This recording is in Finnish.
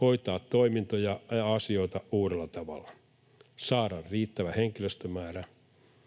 hoitaa toimintoja ja asioita uudella tavalla ja saada riittävä henkilöstömäärä.